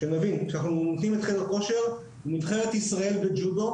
כשאנחנו --- לחדר כושר, נבחרת ישראל בג'ודו